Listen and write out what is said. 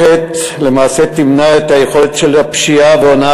המערכת תמנע את היכולת לפשיעה והונאה